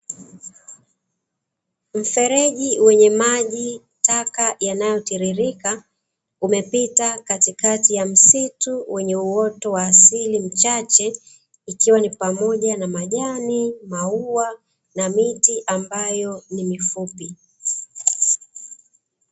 Mfereji wenye maji taka yanayotiririka umepita katikati ya msitu wenye uoto wa asili mchache ikiwa ni pamoja na majani maua na miti ambayo ni mifupi